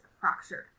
fractured